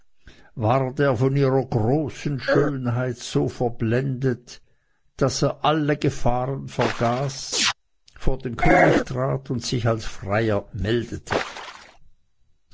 ward er von ihrer großen schönheit so verblendet daß er alle gefahr vergaß vor den könig trat und sich als freier meldete